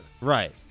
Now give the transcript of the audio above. Right